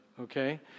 Okay